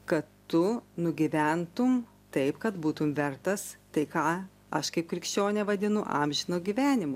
kad tu nugyventum taip kad būtum vertas tai ką aš kaip krikščionė vadinu amžinu gyvenimu